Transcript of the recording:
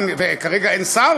וכרגע אין שר,